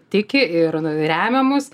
tiki ir remia mus